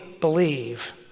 believe